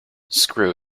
screw